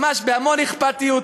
ממש בהמון אכפתיות.